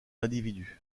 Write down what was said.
individus